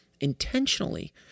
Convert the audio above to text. intentionally